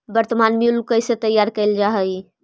वर्तनमान मूल्य कइसे तैयार कैल जा हइ?